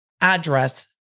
address